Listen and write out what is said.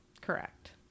Correct